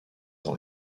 dans